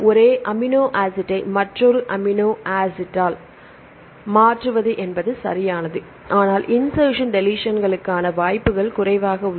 ஒரு அமினோ ஆசிட்டை மற்றொரு அமினோ ஆசிட்டால் மாற்றுவது சரியானது ஆனால் இன்செர்சன் டெலிஷன்கள் கான வாய்ப்பு குறைவாக உள்ளது